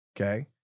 okay